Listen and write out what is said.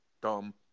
Dumb